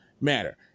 Matter